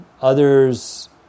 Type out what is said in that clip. others